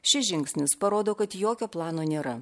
šis žingsnis parodo kad jokio plano nėra